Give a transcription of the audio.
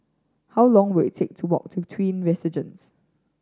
how long will it take to walk to Twin